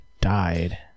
died